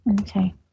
Okay